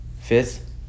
Fifth